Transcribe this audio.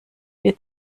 wir